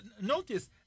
Notice